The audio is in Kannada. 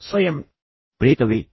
ಇದು ಸ್ವಯಂಪ್ರೇರಿತವಾಗಿರಬಹುದೇ